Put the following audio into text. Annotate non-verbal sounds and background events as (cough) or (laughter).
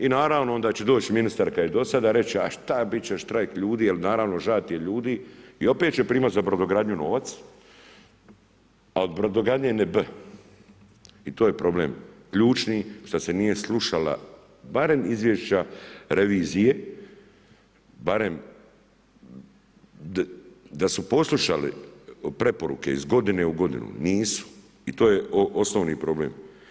I naravno onda će doć ministar, … (unintelligible) i dosada reći a šta, bit će štrajka ljudi jer naravno žao ti je ljudi, i opet će primat za brodogradnju novac, a od brodogradnje ni b. I to je problem ključni šta se nije slušala barem izvješća revizije, barem da su poslušali preporuke iz godine u godinu, nisu i to je osnovni problem.